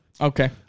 okay